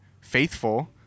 faithful